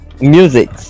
music